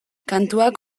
kantuak